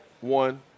one